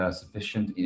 sufficient